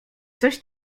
coś